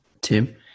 Tim